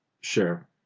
Sure